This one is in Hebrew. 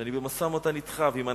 שאני במשא-ומתן אתך ועם הנציב,